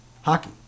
hockey